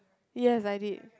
yes I did